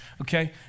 okay